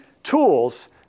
tools